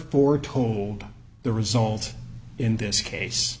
foretold the result in this case